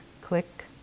click